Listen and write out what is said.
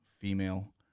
female